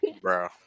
Bro